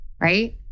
right